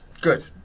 Good